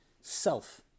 self